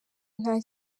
nta